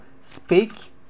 speak